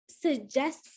suggest